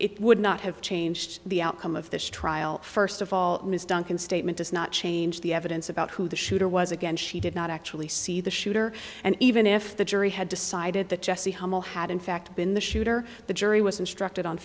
it would not have changed the outcome of this trial first of all ms duncan statement does not change the evidence about who the shooter was again she did not actually see the shooter and even if the jury had decided that jessie hummel had in fact been the shooter the jury was instructed on